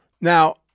Now